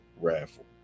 raffle